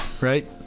right